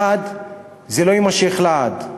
1. זה לא יימשך לעד,